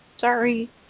Sorry